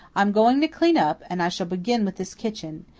i'm going to clean up and i shall begin with this kitchen.